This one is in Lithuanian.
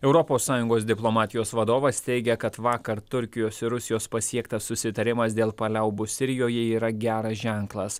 europos sąjungos diplomatijos vadovas teigia kad vakar turkijos ir rusijos pasiektas susitarimas dėl paliaubų sirijoje yra geras ženklas